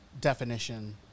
definition